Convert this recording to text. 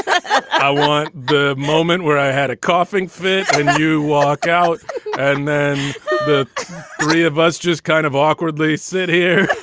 i want the moment where i had a coughing fit. when you walk out and then the three of us just kind of awkwardly sit here